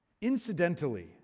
Incidentally